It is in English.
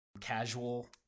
casual